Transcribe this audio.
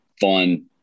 fun